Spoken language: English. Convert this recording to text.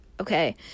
Okay